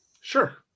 Sure